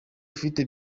ufite